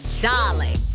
darling